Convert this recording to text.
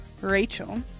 Rachel